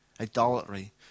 idolatry